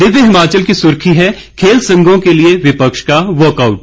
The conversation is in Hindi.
दिव्य हिमाचल की सुर्खी है खेल संघों के लिए विपक्ष का वाकआउट